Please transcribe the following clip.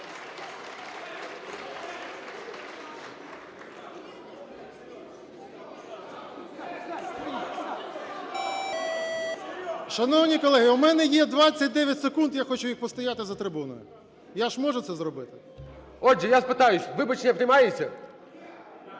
Шановні колеги, в мене є 29 секунд, я хочу їх постояти за трибуною. Я ж можу це зробити? ГОЛОВУЮЧИЙ. Отже, я запитаю, вибачення приймаються?